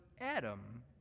Adam